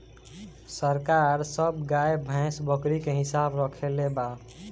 सरकार सब गाय, भैंस, बकरी के हिसाब रक्खले बा